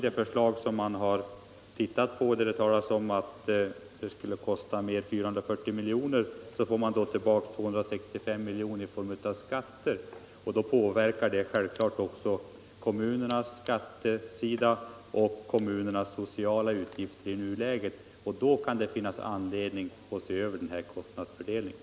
Det förslag som man har tittat på skulle kosta 440 milj.kr. Men av det beloppet går 265 milj.kr. tillbaka till samhället i form av skatter. Det påverkar givetvis kommunernas skattesida och deras sociala utgifter i nuläget. Då kan det finnas anledning att se över kostnadsfördelningen.